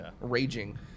raging